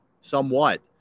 somewhat